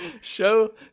show